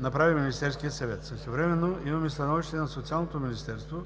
направи Министерският съвет. Същевременно имаме становище на Социалното министерство,